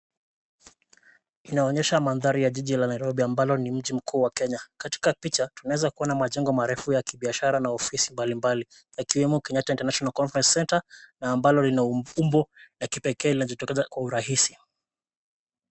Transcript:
Inaonyesha mandhari ya jiji la Nairobi , ambalo ni mji mkuu wa Kenya . Katika picha tunaeza kuona majengo marefu ya kibiashara na ofisi mbali mbali. Yakiwemo Kenyatta International Conference Centre, ambalo lina umbo la kipekee linalojitokeza kwa urahisi.